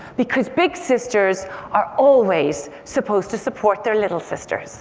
because big sisters are always supposed to support their little sisters